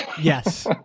Yes